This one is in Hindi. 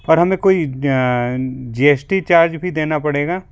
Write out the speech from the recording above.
और हमें कोई जी एस टी चार्ज भी देना पड़ेगा